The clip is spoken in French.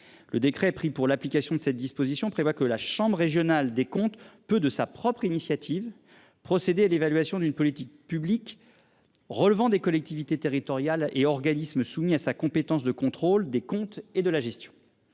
le décret pris pour l'application de cette disposition prévoit que la chambre régionale des comptes, peu de sa propre initiative procéder à l'évaluation d'une politique publique. Relevant des collectivités territoriales et organismes soumis à sa compétence de contrôle des comptes et de la gestion.